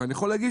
יכול להגיד